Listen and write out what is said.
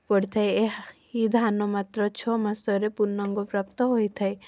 ପଡ଼ିଥାଏ ଏହା ଏହି ଧାନ ମାତ୍ର ଛଅ ମାସରେ ପୂର୍ଣ୍ଣାଙ୍ଗ ପ୍ରାପ୍ତ ହୋଇଥାଏ